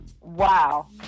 Wow